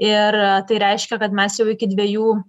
ir tai reiškia kad mes jau iki dviejų